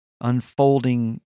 unfolding